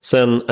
Sen